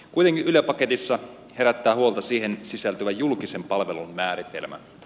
kuitenkin yle paketissa herättää huolta siihen sisältyvä julkisen palvelun määritelmä